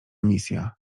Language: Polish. misja